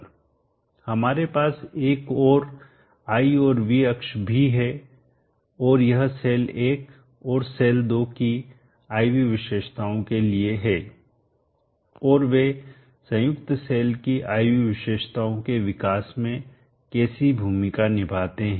हमारे पास एक और I और V अक्ष भी है और यह सेल 1 और सेल 2 की I V विशेषताओं के लिए है और वे संयुक्त सेल की I V विशेषताओं के विकास में कैसी भूमिका निभाते हैं